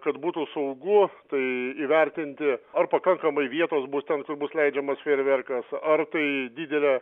kad būtų saugu tai įvertinti ar pakankamai vietos bus ten kur bus leidžiamas fejerverkas ar tai didelė